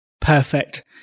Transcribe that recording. Perfect